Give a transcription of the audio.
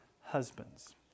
husbands